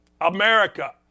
America